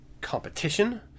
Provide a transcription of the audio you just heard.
competition